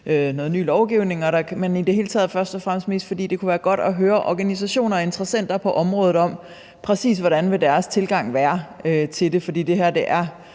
også, fordi det i det hele taget kunne være godt at høre organisationer og interessenter på området, præcis hvordan deres tilgang vil være til det.